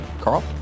Carl